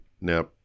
Now